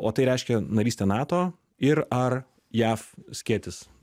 o tai reiškia narystę nato ir ar jav skėtis